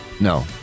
No